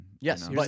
Yes